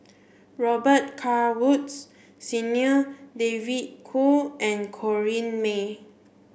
Robet Carr Woods Senior David Kwo and Corrinne May